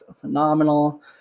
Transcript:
phenomenal